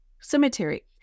cemetery